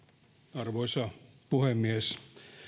arvoisa puhemies